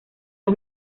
los